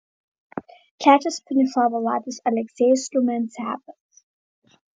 trečias finišavo latvis aleksejus rumiancevas